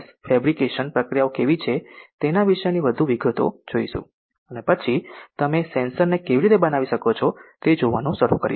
fabrication પ્રક્રિયાઓ કેવી છે તેના વિશેની વધુ વિગતો જોશું અને પછી તમે સેન્સર ને કેવી રીતે બનાવી શકો છો તે જોવાનું શરૂ કરીશું